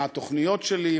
מה התוכניות שלי,